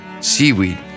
seaweed